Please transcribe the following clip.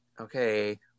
okay